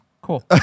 Cool